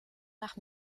nach